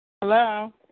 Hello